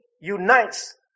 unites